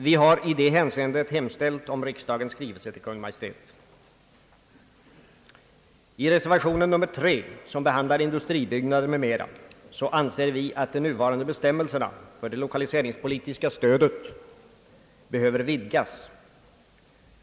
Vi har i det hänseendet hemställt om en skrivelse från riksdagen till Kungl. Maj:t. I reservation nr 3, som behandlar industribyggnader m.m., anser vi att de nuvarande bestämmelserna för det lokaliseringspolitiska stödet behöver vidgas.